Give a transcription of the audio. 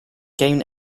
gain